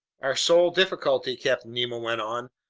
our sole difficulty, captain nemo went on,